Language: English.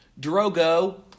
Drogo